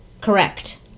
Correct